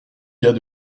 gars